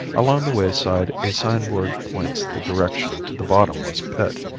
along the wayside a signboard points the direction to the bottomless pit,